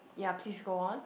ya please go on